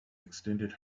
extended